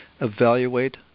evaluate